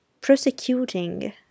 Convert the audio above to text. prosecuting